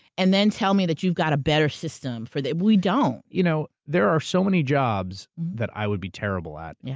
and then tell me that you've got a better system for the. we don't. you know there are so many jobs that i would be terrible at. yeah.